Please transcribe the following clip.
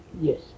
yes